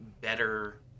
better